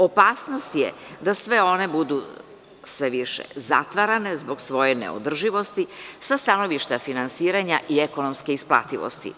Opasnost je da sve one budu sve više zatvarane, zbog svoje neodrživosti sta stanovišta finansiranja i ekonomske isplativosti.